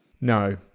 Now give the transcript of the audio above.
No